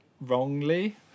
Wrongly